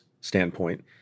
standpoint